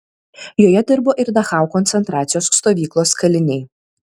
joje dirbo ir dachau koncentracijos stovyklos kaliniai